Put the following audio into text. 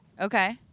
Okay